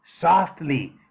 Softly